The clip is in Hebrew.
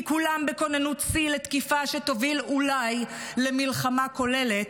כי כולם בכוננות שיא לתקיפה שתוביל אולי למלחמה כוללת,